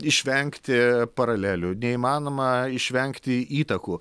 išvengti paralelių neįmanoma išvengti įtakų